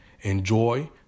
enjoy